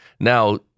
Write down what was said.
Now